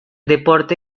deporte